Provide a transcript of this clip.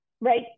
right